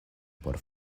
por